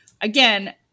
again